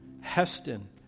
Heston